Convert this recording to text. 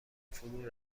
فرو